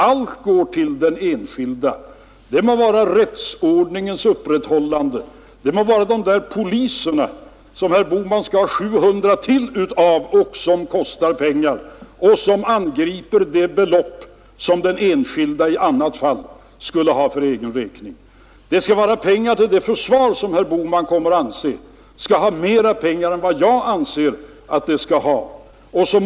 Allt går till den enskilde — det må vara rättsordningens upprätthållande, det må vara polisens förstärkning med ytterligare 700 man som herr Bohman vill ha och som kostar pengar och tas från det belopp som den enskilde i annat fall skulle ha för egen räkning. Det skall vara pengar till det försvar som herr Bohman kommer att anse skall ha mera pengar än jag anser att det skall ha.